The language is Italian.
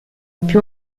più